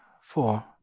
four